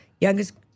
youngest